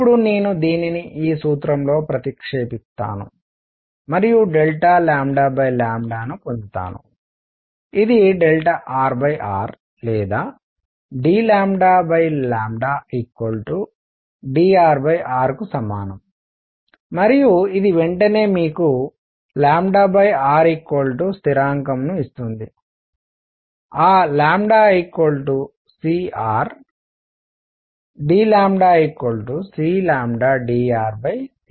ఇప్పుడు నేను దీనిని ఈ సూత్రంలో ప్రతిక్షేపిస్తాను మరియు పొందుతాను ఇది rr లేదా ddrrకు సమానం మరియు ఇది వెంటనే మీకు rస్థిరాంకం ను ఇస్తుంది